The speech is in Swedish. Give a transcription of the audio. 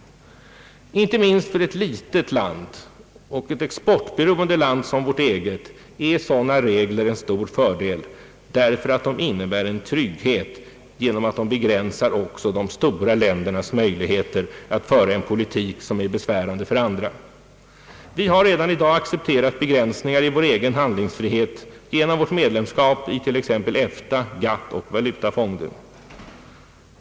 Inte minst för ett litet, exportberoende land som vårt eget, är sådana regler en fördel, därför att de innebär en trygghet genom att begränsa också de stora ländernas möjligheter att föra en politik som är besvärande för andra. Vi har redan i dag accepterat be gränsningar i vår egen handlingsfrihet genom vårt medlemskap i t.ex. EFTA, GATT och valutafonden.